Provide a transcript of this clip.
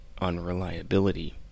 unreliability